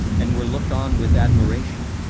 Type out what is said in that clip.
and were looked on with admiration.